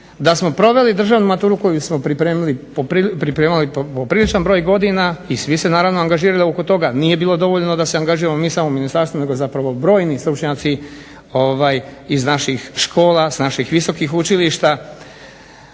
da smo proveli državnu maturu koju smo pripremali popriličan broj godina i svi se naravno angažirali oko toga, nije bilo dovoljno da se angažiramo mi samo u ministarstvu nego zapravo brojni stručnjaci iz naših škola s naših visokih učilišta.